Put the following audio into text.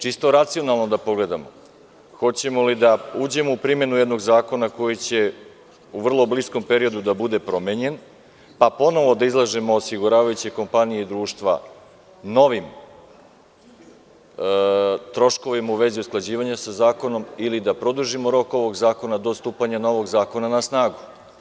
Čisto racionalno da pogledamo, hoćemo li da uđemo u primenu jednog zakona koji će u vrlo bliskom periodu da bude promenjen pa ponovo da izlažemo osiguravajuće kompanije i društva novimtroškovima u vezi sa usklađivanjem sa zakonom ili da produžimo rok ovog zakona do stupanja novog zakona na snagu?